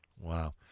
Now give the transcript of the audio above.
Wow